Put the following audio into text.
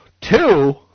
two